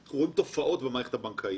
אנחנו רואים תופעות במערכת הבנקאית.